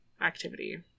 activity